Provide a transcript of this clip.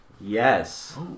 yes